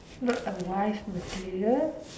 not a wife material